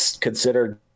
considered